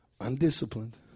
undisciplined